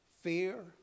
fear